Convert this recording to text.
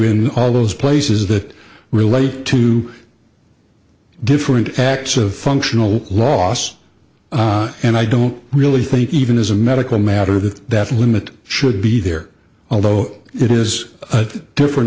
in all those places that relate to different acts of functional loss and i don't really think even as a medical matter that that limit should be there although it is a different